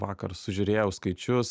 vakar sužiūrėjau skaičius